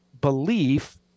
belief